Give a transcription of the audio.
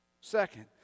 Second